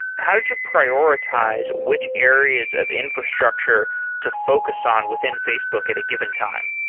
how did you prioritize which areas of infrastructure to focus on within facebook at a given time?